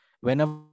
Whenever